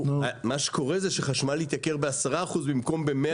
מה שקורה זה שחשמל התייקר ב-10% במקום ב-100%.